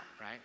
right